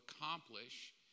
accomplish